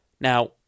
Now